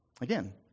Again